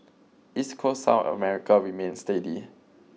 East coast South America remained steady